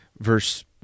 Verse